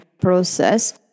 process